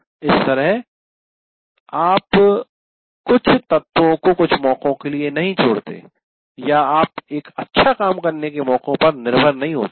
इस तरह आप कुछ तत्वों को कुछ मौकों के लिए नहीं छोड़ते या आप एक अच्छा काम करने के मौके पर निर्भर नहीं होते हैं